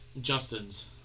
Justin's